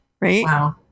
Right